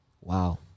wow